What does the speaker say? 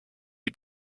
you